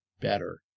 better